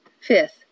Fifth